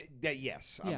Yes